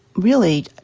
really,